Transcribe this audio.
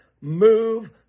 move